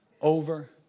over